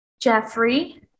Jeffrey